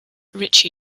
richie